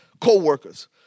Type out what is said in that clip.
co-workers